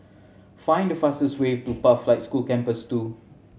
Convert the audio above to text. find the fastest way to Pathlight School Campus Two